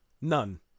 None